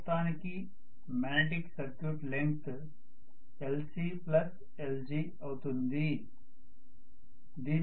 మొత్తానికి magnetic circuit length lclg అవుతుంది